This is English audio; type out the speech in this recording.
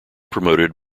promoted